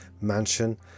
Mansion